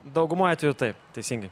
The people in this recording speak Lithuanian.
daugumoj atvejų tai teisingai